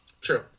true